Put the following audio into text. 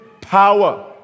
power